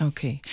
Okay